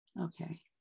Okay